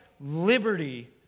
liberty